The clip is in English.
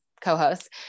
co-hosts